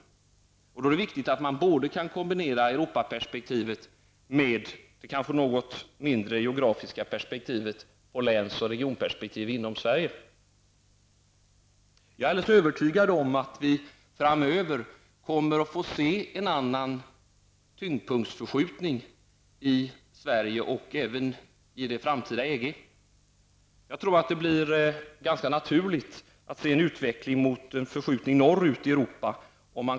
Det är då viktigt att det är möjligt att kombinera Europaperspektivet både med det kanske något mindre geografiska perspektivet och med läns och regionperspektivet inom Sverige. Jag är alldeles övertygad om att vi framöver kommer att få se en tyngdpunktsförskjutning i Sverige och även i det framtida EG. Om de nordiska länderna kan komma med i EG tror jag att det blir ganska naturligt att se en utveckling mot en förskjutning norrut i Europa.